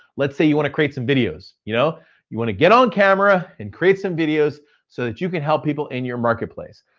let's say you wanna create some videos. you know you wanna get on camera, and create some videos so that you can help people in your marketplace.